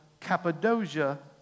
Cappadocia